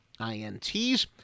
INTs